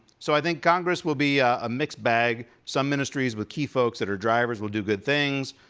so i think congress will be a mixed bag. some ministries with key folks that are drivers, will do good things.